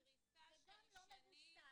זו קריסה של שנים.